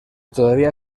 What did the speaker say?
todavía